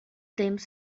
temps